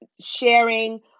sharing